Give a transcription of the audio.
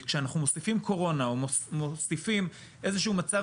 כשאנחנו מוסיפים קורונה או מוסיפים איזשהו מצב